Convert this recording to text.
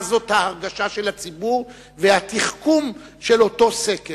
זאת ההרגשה של הציבור והתחכום של אותו סקר.